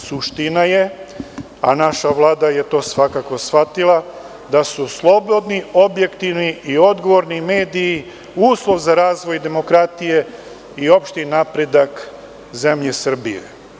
Suština je, a naša Vlada je svakako to shvatila, da su slobodni, objektivni i odgovorni mediji uslov za razvoj demokratije i opšti napredak zemlje Srbije.